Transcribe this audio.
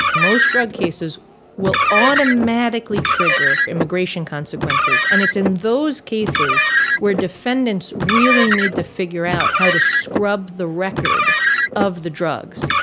most drug cases will automatically trigger immigration consequences. and it's in those cases where defendants really need to figure out how to scrub the record of the drugs.